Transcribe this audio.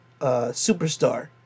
superstar